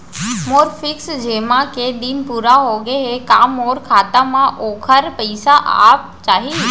मोर fix जेमा के दिन पूरा होगे हे का मोर खाता म वोखर पइसा आप जाही?